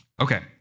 Okay